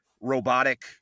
robotic